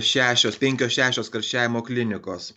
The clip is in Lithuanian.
šešios penkios šešios karščiavimo klinikos